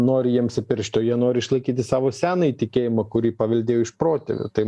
nori jiems įpiršti o jie nori išlaikyti savo senąjį tikėjimą kurį paveldėjo iš protėvių tai